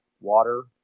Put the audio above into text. water